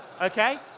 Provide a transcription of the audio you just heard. Okay